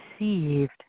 received